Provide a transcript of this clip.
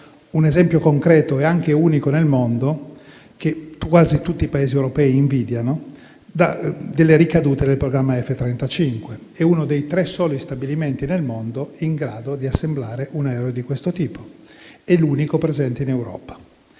un esempio concreto e anche unico nel mondo che quasi tutti i Paesi europei invidiano delle ricadute del programma F-35 e uno dei tre soli stabilimenti nel mondo in grado di assemblare un aereo di questo tipo e l'unico presente in Europa.